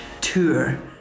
tour